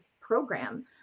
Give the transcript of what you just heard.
program